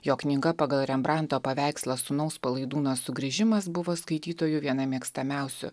jo knyga pagal rembranto paveikslą sūnaus palaidūno sugrįžimas buvo skaitytojų viena mėgstamiausių